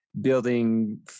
building